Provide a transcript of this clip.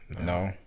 no